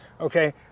Okay